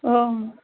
आम्